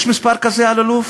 יש מספר כזה, אלאלוף?